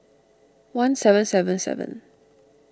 one seven seven seven